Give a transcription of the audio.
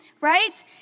right